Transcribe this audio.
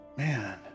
Man